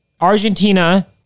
Argentina